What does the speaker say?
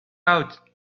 out